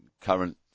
current